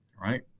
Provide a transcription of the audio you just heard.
right